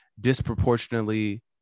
disproportionately